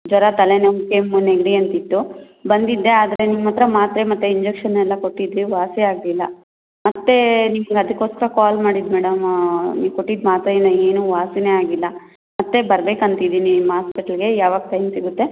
ಜ್ವರ ತಲೆನೋವು ಕೆಮ್ಮು ನೆಗಡಿ ಅಂತಿತ್ತು ಬಂದಿದ್ದೆ ಆದರೆ ನಿಮ್ಮ ಹತ್ರ ಮಾತ್ರೆ ಮತ್ತೆ ಇಂಜೆಕ್ಷನ್ ಎಲ್ಲ ಕೊಟ್ಟಿದ್ದಿರಿ ವಾಸಿ ಆಗಲಿಲ್ಲ ಮತ್ತೆ ನಿಮ್ಗೆ ಅದಕ್ಕೋಸ್ಕರ ಕಾಲ್ ಮಾಡಿದ್ದು ಮೇಡಮ್ ನೀವು ಕೊಟ್ಟಿದ್ದ ಮಾತ್ರೆಯಿಂದ ಏನೂ ವಾಸಿಯೇ ಆಗಿಲ್ಲ ಮತ್ತೆ ಬರ್ಬೇಕಂತಿದ್ದೀನಿ ನಿಮ್ಮ ಆಸ್ಪೆಟ್ಲಗೆ ಯಾವಾಗ ಟೈಮ್ ಸಿಗುತ್ತೆ